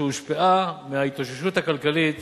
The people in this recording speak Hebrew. שהושפעה מההתאוששות הכלכלית